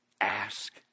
Ask